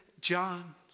John